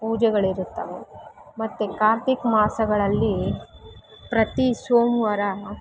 ಪೂಜೆಗಳಿರುತ್ತವೆ ಮತ್ತು ಕಾರ್ತಿಕ ಮಾಸಗಳಲ್ಲಿ ಪ್ರತಿ ಸೋಮವಾರ